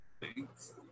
Thanks